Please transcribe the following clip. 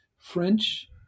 French